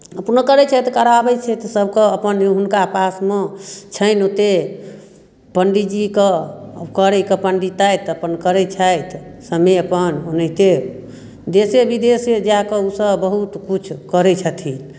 अपनो करैत छथि कराबैत छथि सभकेँ अपन हुनका पासमे छनि ओतेक पाण्डीजीकेँ करयके पण्डिताइ तऽ अपन करैत छथि समय अपन ओनाहिते देशे विदेशे जा कऽ ओसभ बहुत किछु करैत छथिन